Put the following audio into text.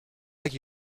like